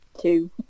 two